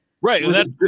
Right